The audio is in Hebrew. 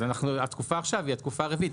אז התקופה עכשיו היא התקופה הרביעית.